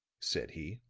said he.